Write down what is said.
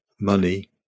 money